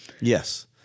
Yes